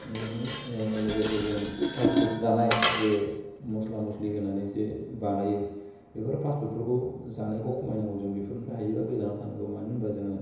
मोजाङै लोगोसे जों पास्ट पुड जानाय जे मस्ला मस्लि होनानै जे बानायो बेफोर पास्ट पुडफोरखौ जानायखौ खमाय नांगौ जों बेफोरनिफ्राय हायोबा गोजानाव थानांगौ मानो होनोबा जोङो